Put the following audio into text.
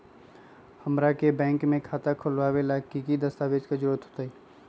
हमरा के बैंक में खाता खोलबाबे ला की की दस्तावेज के जरूरत होतई?